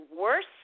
worse